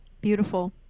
Beautiful